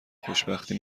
خوشبختی